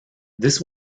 this